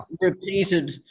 repeated